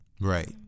Right